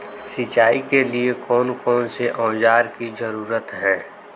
सिंचाई के लिए कौन कौन से औजार की जरूरत है?